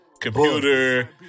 computer